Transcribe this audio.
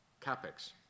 capex